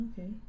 okay